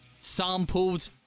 sampled